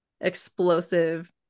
explosive